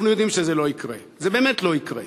אנחנו יודעים שזה לא יקרה, זה באמת לא יקרה,